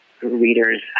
readers